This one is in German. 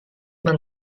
man